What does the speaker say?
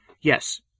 Yes